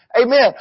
Amen